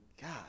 God